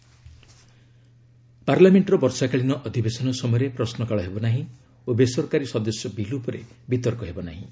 parliament session ପାର୍ଲାମେଣ୍ଟର ବର୍ଷାକାଳୀନ ଅଧିବେଶନ ସମୟରେ ପ୍ରଶ୍ନକାଳ ହେବ ନାହିଁ ଓ ବେସରକାରୀ ସଦସ୍ୟ ବିଲ୍ ଉପରେ ବିତର୍କ ହେବ ନାହିଁ